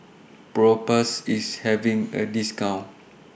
Propass IS having A discount